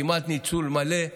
כמעט ניצול מלא,